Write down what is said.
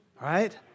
right